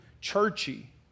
churchy